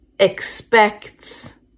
expects